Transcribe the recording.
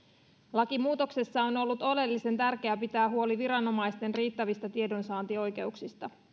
lakimuutoksessa on on ollut oleellisen tärkeää pitää huoli viranomaisten riittävistä tiedonsaantioikeuksista